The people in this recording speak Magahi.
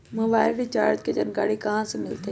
मोबाइल रिचार्ज के जानकारी कहा से मिलतै?